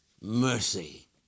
mercy